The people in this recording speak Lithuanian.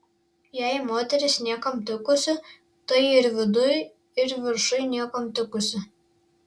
jei moteris niekam tikusi tai ir viduj ir viršuj niekam tikusi